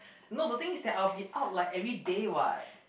no the thing is that I will be out like everyday what